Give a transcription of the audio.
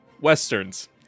Westerns